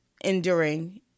enduring